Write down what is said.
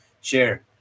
share